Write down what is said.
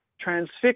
transfixed